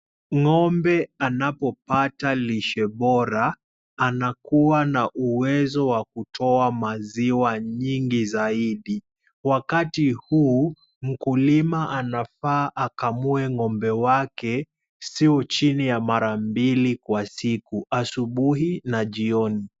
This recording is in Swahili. Ng'ombe anapopata lishe bora anakuwa na uwezo wa kutoa maziwa nyingi zaidi. Wakati huu, mkulima anafaa akamua ng'ombe wake sio chini ya mara mbili kwa siku, asubuhi na jioni.